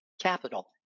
capital